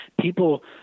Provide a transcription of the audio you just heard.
People